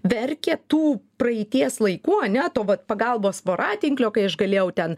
verkia tų praeities laikų ane to vat pagalbos voratinklio kai aš galėjau ten